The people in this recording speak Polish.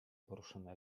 poruszane